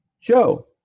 Joe